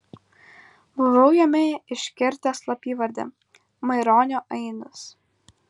buvau jame iškirtęs slapyvardį maironio ainis